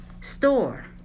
store